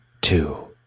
Two